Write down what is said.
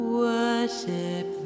worship